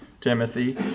Timothy